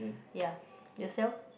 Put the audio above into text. ya yourself